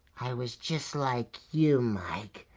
i was just like you mike.